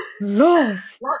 lost